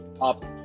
up